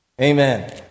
Amen